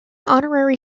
honorary